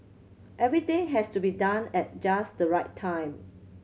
everything has to be done at just the right time